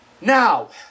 Now